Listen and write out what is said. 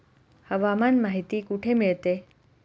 हवामान माहिती कुठे मिळते?